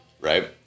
right